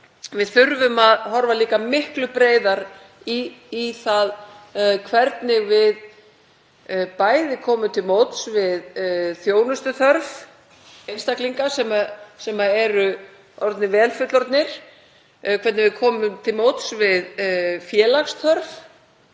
Við þurfum að horfa líka miklu breiðar á það hvernig við komum til móts við þjónustuþörf einstaklinga sem eru orðnir vel fullorðnir, hvernig við komum til móts við félagsþörf,